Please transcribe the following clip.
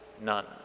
None